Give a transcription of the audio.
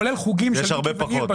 כולל חוגים של --- יש הרבה פחות.